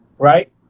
Right